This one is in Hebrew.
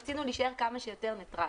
רצינו להישאר כמה שיותר ניטרליים.